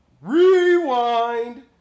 Rewind